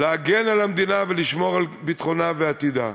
להגן על המדינה ולשמור על ביטחונה ועתידה.